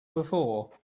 before